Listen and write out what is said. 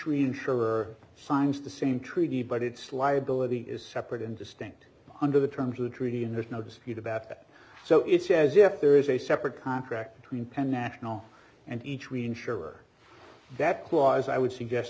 reinsurer signs the same treaty but its liability is separate and distinct under the terms of the treaty and there's no dispute about that so it's as if there is a separate contract between penn national and each we ensure that clause i would suggest